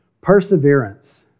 Perseverance